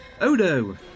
Odo